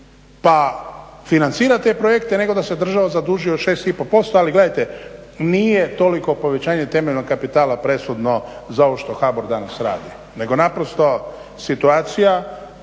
pa financira te projekte nego da se država zaduži od 6,5%. Ali gledajte nije toliko povećanje temeljnog kapitala presudno za ovo što HBOR danas radi nego situacija